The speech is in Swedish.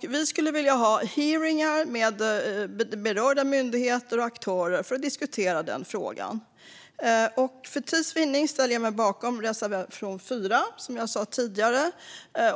Vi skulle vilja ha hearingar med berörda myndigheter och aktörer för att diskutera den frågan. För tids vinning yrkar jag bifall endast till reservation 4, som jag sa tidigare.